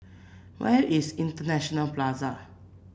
where is International Plaza